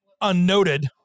unnoted